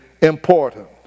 important